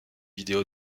vidéo